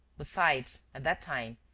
besides, at that time,